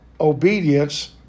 obedience